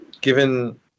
given